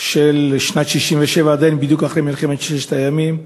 של שנת 1967, עדיין, בדיוק אחרי מלחמת ששת הימים.